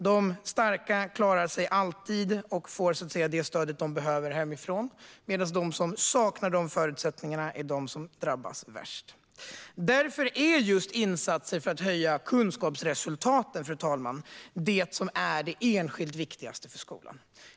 De starka klarar sig alltid och får det stöd de behöver hemifrån, medan de som saknar de förutsättningarna är de som drabbas värst. Därför är just insatser för att höja kunskapsresultaten det enskilt viktigaste för skolan.